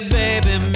baby